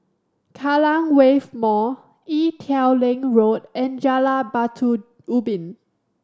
Kallang Wave Mall Ee Teow Leng Road and Jalan Batu Ubin